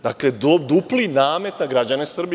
Dakle, dupli namet na građane Srbije.